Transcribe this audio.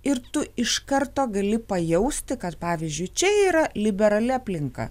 ir tu iš karto gali pajausti kad pavyzdžiui čia yra liberali aplinka